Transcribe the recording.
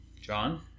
John